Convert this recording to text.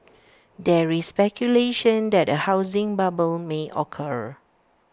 there is speculation that A housing bubble may occur